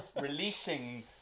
releasing